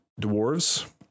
dwarves